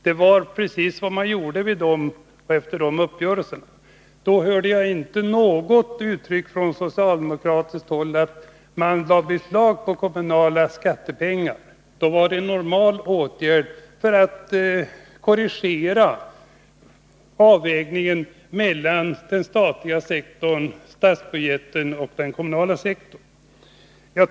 Det var precis vad som skedde efter dessa uppgörelser. Men då hörde jag ingen socialdemokrat säga att man lade beslag på kommunala skattepengar. Då var det en normal åtgärd för att korrigera avvägningen av skatteintäkter mellan staten och kommunerna.